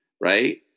right